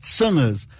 sinners